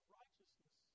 righteousness